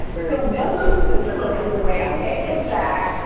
so once you put your groceries away take those bags,